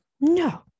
no